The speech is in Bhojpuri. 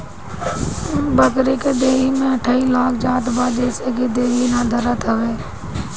बकरी के देहि में अठइ लाग जात बा जेसे इ देहि ना धरत हवे